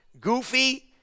goofy